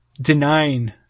denying